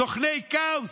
סוכני כאוס,